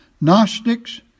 Gnostics